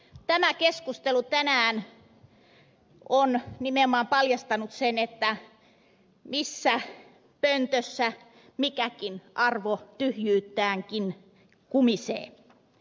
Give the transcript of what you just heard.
tämä keskustelu tänään on nimenomaan paljastanut sen missä pöntössä mikäkin arvo tyhjyyttäänkin kumisee